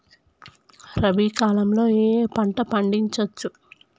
రబీ కాలంలో ఏ ఏ పంట పండించచ్చు?